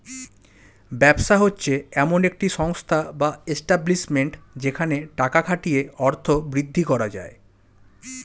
ব্যবসা হচ্ছে এমন একটি সংস্থা বা এস্টাব্লিশমেন্ট যেখানে টাকা খাটিয়ে অর্থ বৃদ্ধি করা যায়